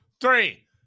three